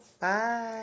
bye